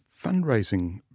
fundraising